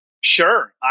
Sure